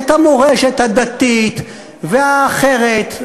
את המורשת הדתית והאחרת,